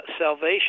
salvation